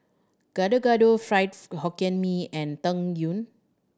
Gado Gado fried Hokkien Mee and Tang Yuen